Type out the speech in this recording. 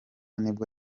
nibwo